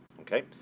Okay